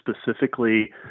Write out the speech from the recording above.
specifically